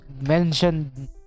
mentioned